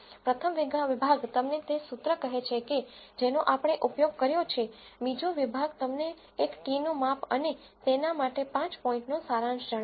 પ્રથમ વિભાગ તમને તે સૂત્ર કહે છે કે જેનો આપણે ઉપયોગ કર્યો છે બીજો વિભાગ તમને એક t નું માપ અને તેના માટે 5 પોઇન્ટનો સારાંશ જણાવે છે